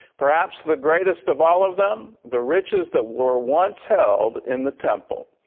perhaps the greatest of all of them, the riches that were once held in the temple.